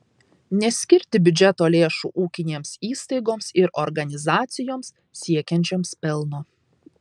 neskirti biudžeto lėšų ūkinėms įstaigoms ir organizacijoms siekiančioms pelno